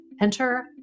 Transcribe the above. Enter